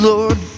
Lord